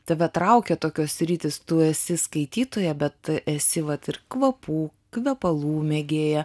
tave traukia tokios sritys tu esi skaitytoja bet esi vat ir kvapų kvepalų mėgėja